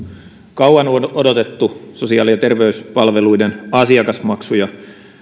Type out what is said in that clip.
kauan odotettu sosiaali ja terveyspalveluiden asiakasmaksuja